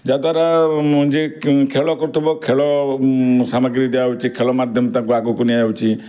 ଯା'ଦ୍ୱାରା ଖେଳ କରୁଥିବ ଖେଳ ସାମଗ୍ରୀ ଦିଆ ହେଉଛି ଖେଳ ମାଧ୍ୟମରେ ତାଙ୍କୁ ଆଗକୁ ନିଆ ଯାଉଛି